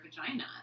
vagina